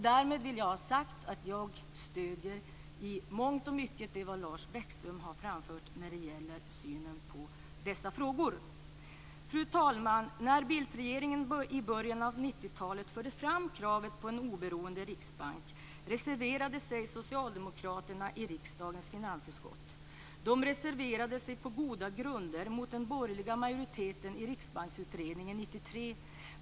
Därmed vill jag ha sagt att jag i mångt och mycket stöder det som Lars Bäckström har framfört när det gäller synen på dessa frågor. Fru talman! När Bildtregeringen i början av 90 talet förde fram kravet på en oberoende riksbank reserverade sig socialdemokraterna i riksdagens finansutskott. De reserverade sig på goda grunder mot den borgerliga majoriteten i Riksbanksutredningen 1993.